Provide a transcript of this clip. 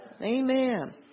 amen